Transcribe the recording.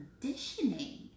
conditioning